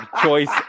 choice